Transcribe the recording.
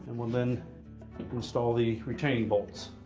and we'll then install the retaining bolts.